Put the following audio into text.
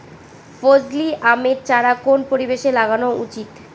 ফজলি আমের চারা কোন পরিবেশে লাগানো উচিৎ?